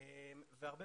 למי